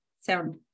sound